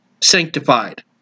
sanctified